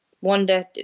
wonder